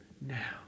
Now